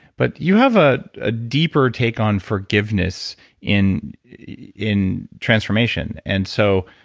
but you have a ah deeper take on forgiveness in in transformation. and so,